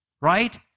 right